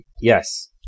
Yes